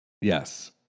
Yes